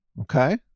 Okay